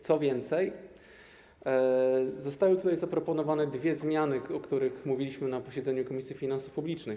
Co więcej, zostały tutaj zaproponowane dwie zmiany, o których mówiliśmy na posiedzeniu Komisji Finansów Publicznych.